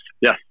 Yes